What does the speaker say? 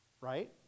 right